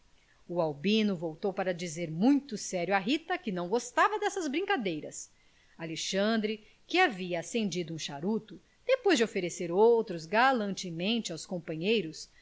o albino voltou para dizer muito sério à rita que não gostava dessas brincadeiras alexandre que havia acendido um charuto depois de oferecer outros galantemente aos companheiros